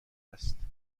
است